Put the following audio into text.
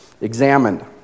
examined